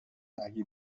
اگه